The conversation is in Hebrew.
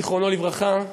זיכרונו לברכה,